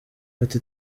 ati